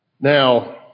Now